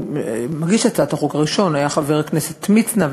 מגיש הצעת החוק הראשון היה חבר הכנסת מצנע,